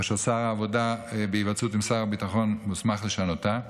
אשר בהיוועצות עם שר הביטחון שר העבודה מוסמך לשנותה.